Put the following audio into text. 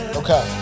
okay